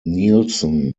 neilson